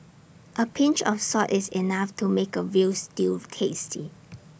A pinch of salt is enough to make A Veal Stew tasty